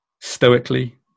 stoically